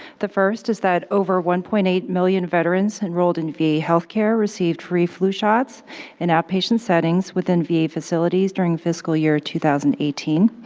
the first is that over one point eight million veterans enrolled in va healthcare received free flu shots in outpatient settings within va facilities during fiscal year two thousand and eighteen.